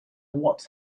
what